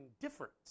different